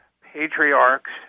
patriarchs